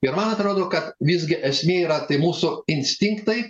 ir man atrodo kad visgi esmė yra tai mūsų instinktai